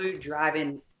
driving